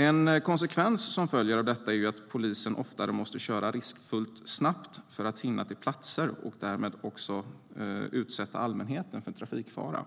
En konsekvens som följer av detta är att polisen oftare måste köra riskfyllt snabbt för att hinna till platsen och därmed utsätta allmänheten för trafikfara.